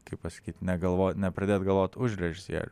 kaip pasakyt negalvot nepradėt galvot už režisierių